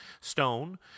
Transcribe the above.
stone